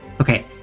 Okay